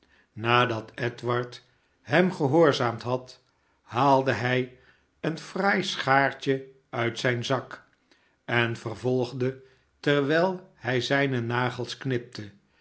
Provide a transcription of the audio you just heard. nadat edward hem gehoorzaamd had haalde hij een fraai schaartje uit zyn zak en vervolgde terwijl hij zijne nagels knipte